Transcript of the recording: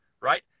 right